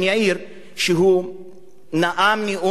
שנאם נאום במצדה,